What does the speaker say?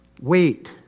wait